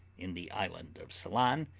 in the island of ceylon,